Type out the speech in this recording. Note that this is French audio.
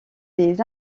des